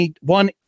One